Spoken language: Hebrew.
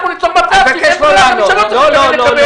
אנחנו ניצור מצב שגם מי שלא צריך לקבל יקבל,